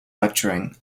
lecturing